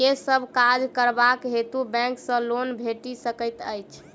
केँ सब काज करबाक हेतु बैंक सँ लोन भेटि सकैत अछि?